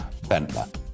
Bentler